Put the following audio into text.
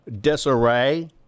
disarray